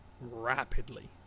rapidly